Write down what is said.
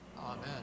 Amen